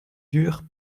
dure